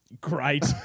Great